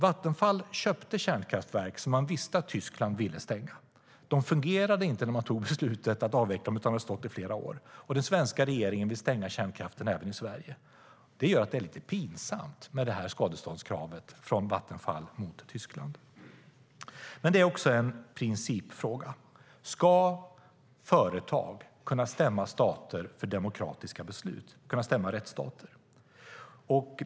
Vattenfall köpte kärnkraftverk som man visste att Tyskland ville stänga. De fungerade inte när man tog beslutet att avveckla dem, utan de har stått still i flera år. Och den svenska regeringen vill stänga kärnkraften även i Sverige. Detta gör att skadeståndskravet från Vattenfall mot Tyskland är lite pinsamt. Detta är också en principfråga. Ska företag kunna stämma rättsstater för demokratiska beslut?